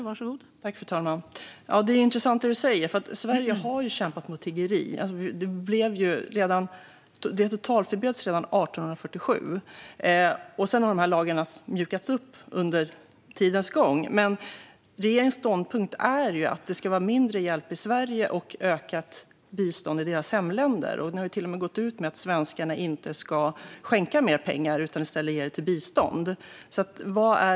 Fru talman! Det är intressant, för Sverige har ju kämpat mot tiggeri. Det totalförbjöds redan 1847. Sedan har lagen mjukats upp under tidens gång. Men regeringens ståndpunkt är ju att det ska vara mindre hjälp i Sverige och ökat bistånd i deras hemländer. Ni har ju till och med gått ut med att svenskarna inte ska skänka mer pengar utan i stället ge dem till bistånd.